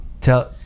tell